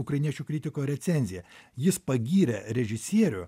ukrainiečių kritiko recenzija jis pagyrė režisierių